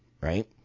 right